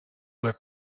were